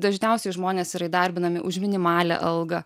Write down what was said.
dažniausiai žmonės yra įdarbinami už minimalią algą